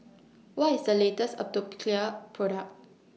What IS The latest Atopiclair Product